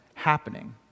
happening